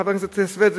חבר הכנסת סוייד,